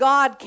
God